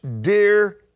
dear